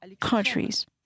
countries